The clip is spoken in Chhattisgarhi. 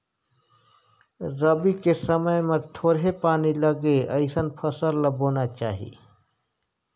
रबी के समय मे थोरहें पानी लगे अइसन फसल ल बोना चाही